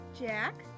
Jack